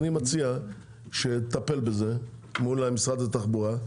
אני מציע שהיא תטפל בזה מול משרד התחבורה.